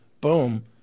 boom